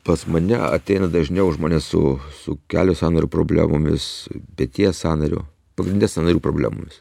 pas mane ateina dažniau žmonės su su kelio sąnario problemomis peties sąnario pagrinde sąnarių problemomis